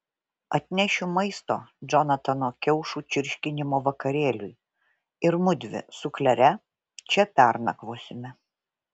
atnešiu maisto džonatano kiaušų čirškinimo vakarėliui ir mudvi su klere čia pernakvosime